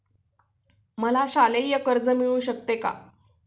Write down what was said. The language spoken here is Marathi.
मला शालेय कर्ज मिळू शकते का?